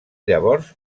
llavors